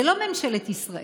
זה לא ממשלת ישראל,